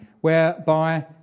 whereby